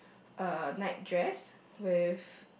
uh night dress with